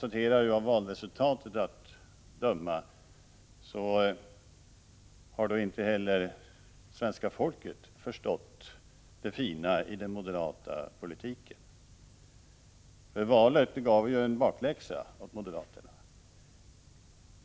Av valresultatet att döma kan jag konstatera att inte heller svenska folket i så fall har förstått det fina i den moderata politiken. Valet gav ju moderaterna en bakläxa.